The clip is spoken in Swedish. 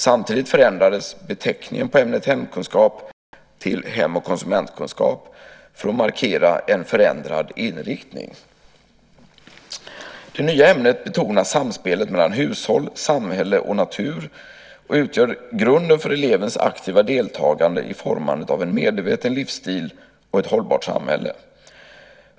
Samtidigt förändrades beteckningen på ämnet hemkunskap till hem och konsumentkunskap för att markera en förändrad inriktning. Det nya ämnet betonar samspelet mellan hushåll, samhälle och natur och utgör grunden för elevens aktiva deltagande i formandet av en medveten livsstil och ett hållbart samhälle.